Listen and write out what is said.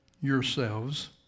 yourselves